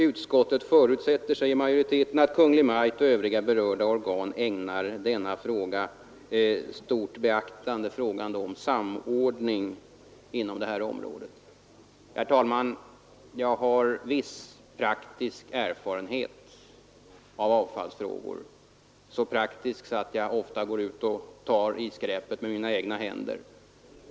”Utskottet förutsätter”, anför majoriteten, ”att Kungl. Maj:t och övriga berörda organ ägnar denna fråga stort beaktande”. — Det gäller alltså frågan om samordning inom det här området. Herr talman! Jag har viss praktisk erfarenhet av avfallsfrågor, så praktisk att jag ofta går ut och tar i skräpet med mina egna händer.